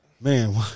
Man